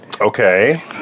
Okay